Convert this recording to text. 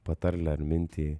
patarlę ar mintį